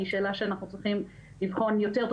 היא שאלה שאנחנו צריכים לבחון יותר טוב